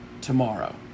tomorrow